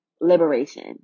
liberation